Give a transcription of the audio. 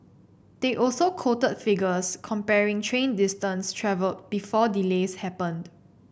they also quoted figures comparing train distance travelled before delays happened